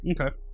Okay